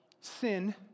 Sin